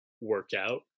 workout